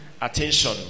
attention